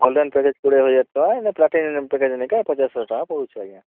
golden package କୋଡ଼ିଏ ହଜାର୍ ଟଙ୍କା ଏଇନେ ପ୍ଲାଟିନମ୍ ପ୍ୟାକେଜ୍ ନିକେ ପଚାଶ୍ ହଜାର୍ ଟଙ୍କା ପଡ଼ୁଛେ ଆଜ୍ଞା